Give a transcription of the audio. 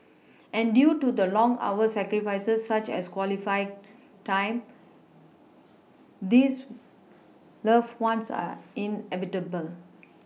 and due to the long hours sacrifices such as quality time this loved ones are inevitable